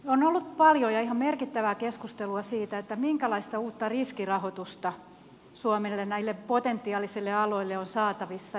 on ollut paljon ja ihan merkittävää keskustelua siitä minkälaista uutta riskirahoitusta suomelle näille potentiaalisille aloille on saatavissa